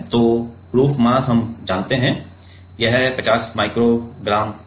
तो हम proof mass जानते हैं इसलिए 50 माइक्रो ग्राम मास है